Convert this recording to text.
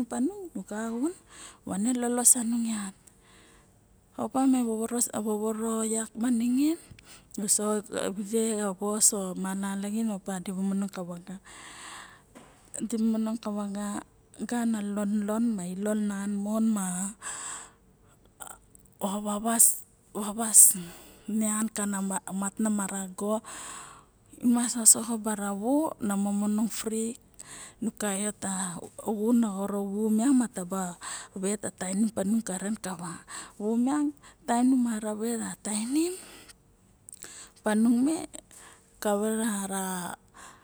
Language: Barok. mo vane lolos sanung yat opa me vodoro sabu ma niangiin maxa vide a vos ma nalaxin si manong ka vaga gana lonlon nan mon ovavas biam ka mat na marago mas osoxo bara vu na movenong fri nu kaiot xun vu miang moxo vete tainim karen kava nu om ating mon ka vu.